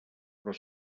però